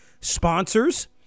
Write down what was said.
sponsors